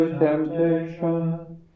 temptation